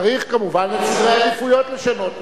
צריך כמובן את סדרי העדיפויות לשנות,